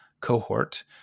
cohort